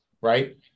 right